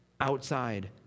outside